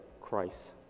Christ